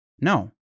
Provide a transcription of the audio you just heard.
No